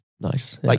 Nice